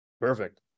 Perfect